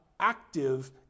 active